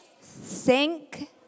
Sink